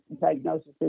diagnosis